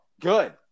Good